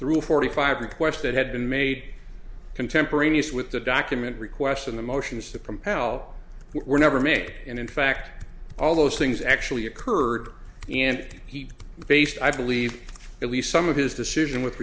through forty five requests that had been made contemporaneous with the document request and the motions to compel were never made and in fact all those things actually occurred and he based i believe at least some of his decision with